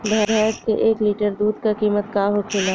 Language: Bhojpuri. भैंस के एक लीटर दूध का कीमत का होखेला?